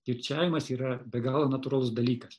kirčiavimas yra be galo natūralus dalykas